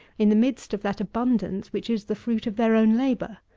in the midst of that abundance which is the fruit of their own labour.